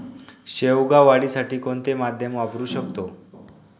शेवगा वाढीसाठी कोणते माध्यम वापरु शकतो?